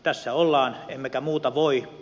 tässä ollaan emmekä muuta voi